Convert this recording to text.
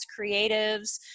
creatives